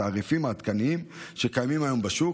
התעריפים העדכניים שקיימים היום בשוק.